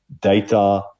data